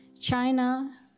China